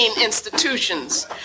institutions